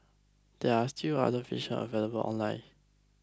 there are still other versions available online